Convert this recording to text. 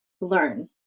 learn